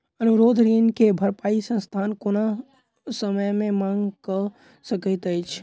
अनुरोध ऋण के भरपाई संस्थान कोनो समय मे मांग कय सकैत अछि